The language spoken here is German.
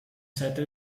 seite